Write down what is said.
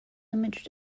image